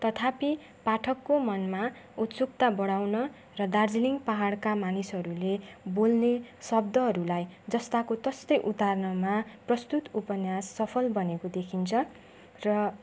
तथापि पाठकको मनमा उत्सुकता बढाउन र दार्जिलिङ पहाडका मानिसहरूले बोल्ने शब्दहरूलाई जस्ताको तस्तै उतार्नमा प्रस्तुत उपन्यास सफल बनेको देखिन्छ र